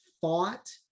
thought